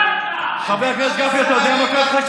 אתה יודע מה כואב לך?